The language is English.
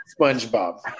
Spongebob